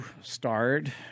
starred